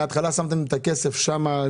כלומר בהתחלה שמתם את הכסף שם,